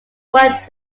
worked